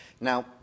Now